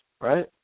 right